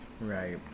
right